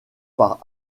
par